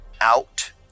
out